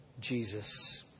Jesus